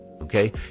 Okay